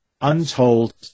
untold